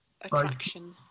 attraction